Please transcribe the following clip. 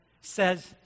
says